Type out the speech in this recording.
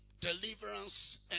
deliverance